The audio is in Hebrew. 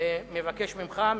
מבקש ממך,